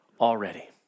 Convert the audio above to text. already